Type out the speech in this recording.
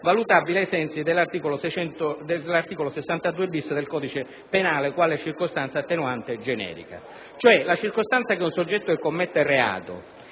valutabile ai sensi dell'articolo 62-*bis* del codice penale quale circostanza attenuante generica. La circostanza che un soggetto che commette un reato